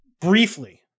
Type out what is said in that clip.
briefly